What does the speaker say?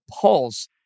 Pulse